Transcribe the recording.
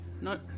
No